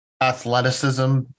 athleticism